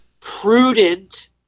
prudent